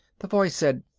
the voice said,